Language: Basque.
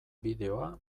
bideoa